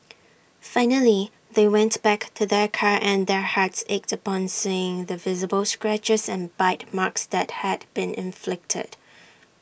finally they went back to their car and their hearts ached upon seeing the visible scratches and bite marks that had been inflicted